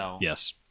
Yes